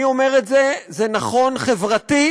אני אומר את זה, זה נכון חברתית